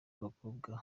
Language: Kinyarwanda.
abakobwa